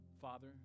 Father